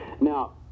Now